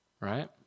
right